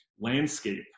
landscape